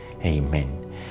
Amen